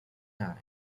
kind